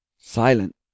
silent